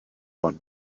one